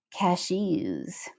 cashews